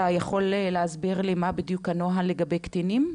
אתה יכול להסביר לי מה בדיוק הנוהל לגבי קטינים?